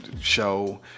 show